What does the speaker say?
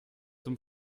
zum